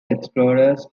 explorers